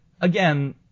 again